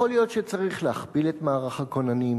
יכול להיות שצריך להכפיל את מערך הכוננים,